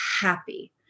happy